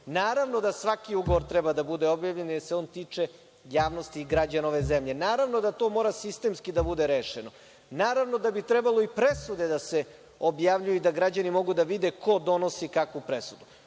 Naravno da svaki ugovor treba da bude objavljen, jer se on tiče javnosti i građana ove zemlje. Naravno da to mora sistemski da bude rešeno. Naravno da bi trebalo i presude da se objavljuju i da građani mogu da vide ko donosi i kakvu presudu. To